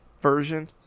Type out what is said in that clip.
version